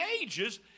ages